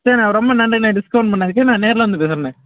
சரிண்ணே ரொம்ப நன்றிண்ணே டிஸ்க்கௌண்ட் பண்ணதுக்கு நான் நேரில் வந்து பேசுகிறேண்ணே